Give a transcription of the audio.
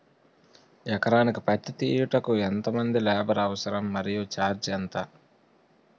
ఎకరానికి పత్తి తీయుటకు ఎంత మంది లేబర్ అవసరం? మరియు ఛార్జ్ ఎంత?